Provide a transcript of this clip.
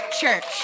church